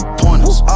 pointers